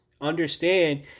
understand